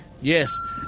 Yes